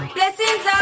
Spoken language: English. Blessings